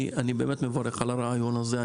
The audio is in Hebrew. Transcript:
אני באמת מברך על הרעיון הזה.